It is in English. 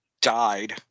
died